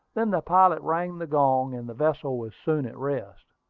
then the pilot rang the gong, and the vessel was soon at rest.